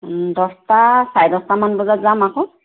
দছটা চাৰে দছটামান বজাত যাম আকৌ